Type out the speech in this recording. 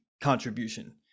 contribution